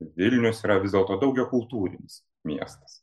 vilnius yra vis dėlto daugiakultūrinis miestas